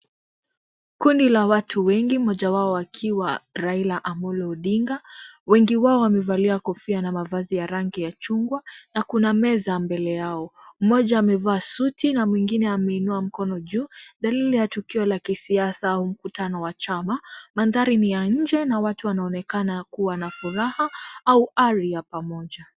Kundi la watu wengi moja wao wakiwa Raila Amolo Odinga. Wengi wao wamevalia kofia na mavazi ya rangi ya chungwa na kuna meza mbele yao. Mmoja amevaa suti na mwingine ameinua mkono juu dalili ya tukio la kisiasa au mkutano wa chama. Mandhari ni ya nje na watu wanaonekana kuwa na furaha au hali ya pamoja.